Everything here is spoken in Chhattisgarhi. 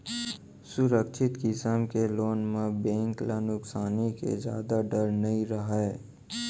सुरक्छित किसम के लोन म बेंक ल नुकसानी के जादा डर नइ रहय